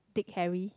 Dick Harry